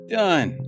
done